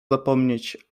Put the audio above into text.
zapomnieć